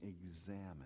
examine